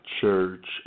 church